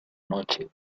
noche